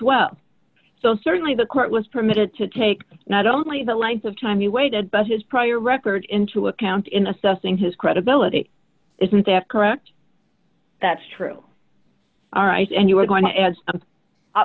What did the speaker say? well so certainly the court was permitted to take not only the length of time he waited but his prior record into account in assessing his credibility isn't that correct that's true all right and you are going to